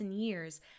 years